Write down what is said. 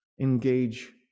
engage